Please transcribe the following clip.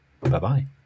bye-bye